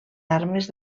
armes